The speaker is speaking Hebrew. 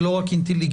ולא רק אינטליגנטית.